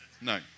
No